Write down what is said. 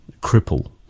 cripple